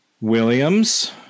Williams